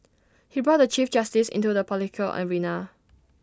he brought the chief justice into the political arena